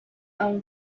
own